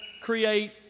create